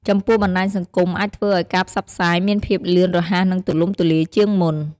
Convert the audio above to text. ចំពោះបណ្ដាញសង្គមអាចធ្វើឲ្យការផ្សព្វផ្សាយមានភាពលឿនរហ័សនិងទូលំទូលាយជាងមុន។